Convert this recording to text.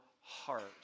heart